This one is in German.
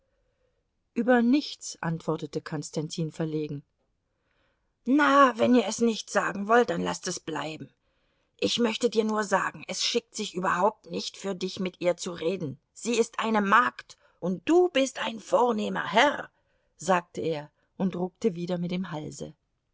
über nichts antwortete konstantin verlegen na wenn ihr es nicht sagen wollt dann laßt es bleiben ich möchte dir nur sagen es schickt sich überhaupt nicht für dich mit ihr zu reden sie ist eine magd und du bist ein vornehmer herr sagte er und ruckte wieder mit dem halse